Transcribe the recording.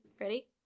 Ready